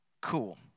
cool